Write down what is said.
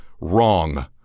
wrong